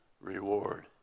reward